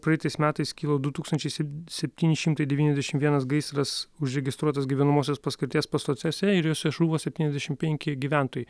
praeitais metais kilo du tūkstančiai septyni šimtai devyniasdešim vienas gaisras užregistruotas gyvenamosios paskirties pastatuose ir juose žuvo septyniasdešim penki gyventojai